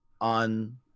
on